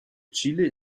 chile